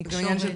בתקשורת.